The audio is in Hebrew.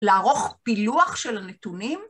‫לערוך פילוח של נתונים?